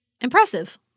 impressive